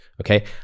okay